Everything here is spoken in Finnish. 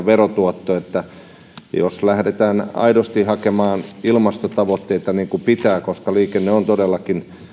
verotuotto pidetään neutraalina jos lähdetään aidosti hakemaan ilmastotavoitteita niin kuin pitää koska liikenne on todellakin